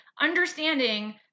understanding